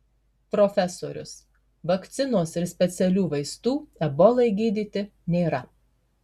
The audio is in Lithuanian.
profesorius vakcinos ir specialių vaistų ebolai gydyti nėra